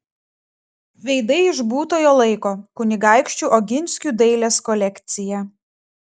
veidai iš būtojo laiko kunigaikščių oginskių dailės kolekcija